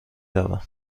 روم